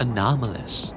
Anomalous